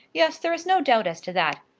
yes there is no doubt as to that.